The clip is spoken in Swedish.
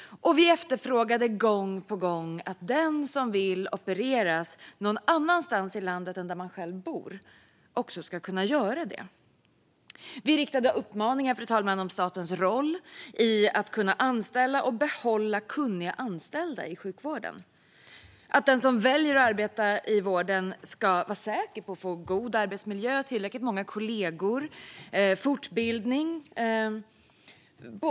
Vi efterfrågade också gång på gång att man ska kunna opereras någon annanstans i landet än där man själv bor om man så vill. Fru talman! Vi riktade även uppmaningar om statens roll när det gäller att anställa och behålla kunniga anställda i sjukvården. Den som väljer att arbeta i vården ska vara säker på att få god arbetsmiljö, tillräckligt många kollegor och fortbildning.